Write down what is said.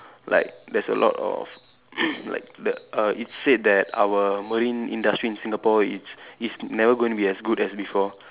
like there's a lot of like the err it's said that our marine industry in Singapore it's is never going to be as good as before